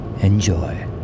Enjoy